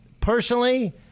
personally